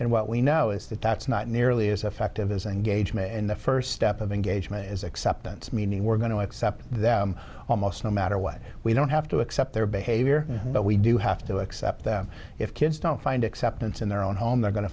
and what we know is that that's not nearly as effective as engagement in the first step of engagement is acceptance meaning we're going to accept that almost no matter what we don't have to accept their behavior but we do have to accept them if kids don't find acceptance in their own home they're go